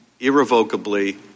irrevocably